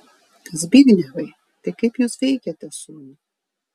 zbignevai tai kaip jūs veikiate sūnų